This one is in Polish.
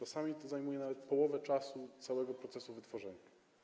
Czasami zajmuje to nawet połowę czasu całego procesu wytworzenia.